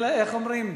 אומרים?